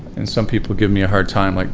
and some people give me a hard time, like